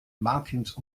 martins